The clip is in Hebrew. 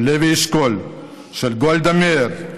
של לוי אשכול, של גולדה מאיר,